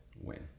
win